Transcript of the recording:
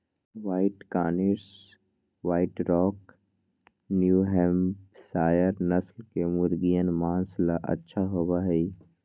white Cornish, white rock, New Hampshire नस्ल के मुर्गियन माँस ला अच्छा होबा हई